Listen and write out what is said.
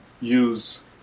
use